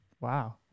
Wow